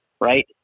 right